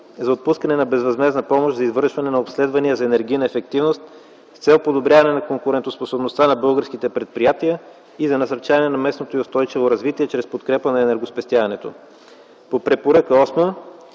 за отпускане на безвъзмездна помощ за извършване на обследвания за енергийна ефективност с цел подобряване на конкурентоспособността на българските предприятия и за насърчаване на местното и устойчиво развитие чрез подкрепа на енергоспестяването. По препоръка